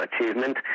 achievement